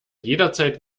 jederzeit